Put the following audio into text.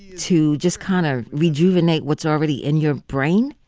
to just kind of rejuvenate what's already in your brain,